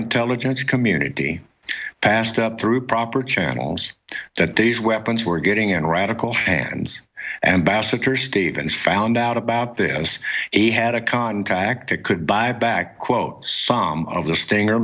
intelligence community passed up through proper channels that these weapons were getting in radical hands and basketry state and found out about this he had a contact it could buy back quote some of the stinger